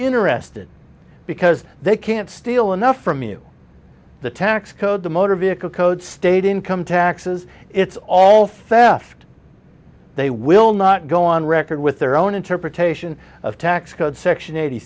interested because they can't steal enough from you the tax code the motor vehicle code state income taxes it's all theft they will not go on record with their own interpretation of tax code section eighty